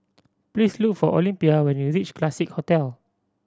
please look for Olympia when you reach Classique Hotel